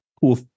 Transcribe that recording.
cool